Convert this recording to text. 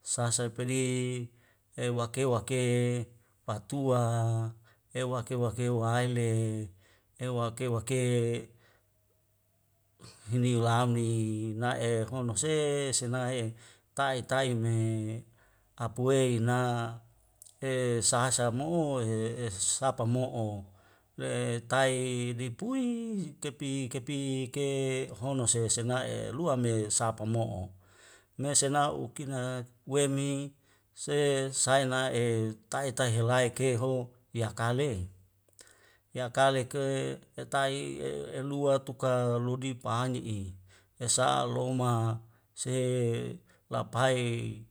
sasa pedi ewake wake patua ewake wake wahaile ewake wake hiniu lami na'e honose senae e tai taime apuena e sahasa mo'o e e sapa mo'o le tai di pui sitepi kepi ke honose se' senai'e lua me sapa mo'o. mesena ukina wemi se saina e tai tai helai ke ho yah kale yah kale ke tatai e elua tuka lodi panye'i hesa loma se lapai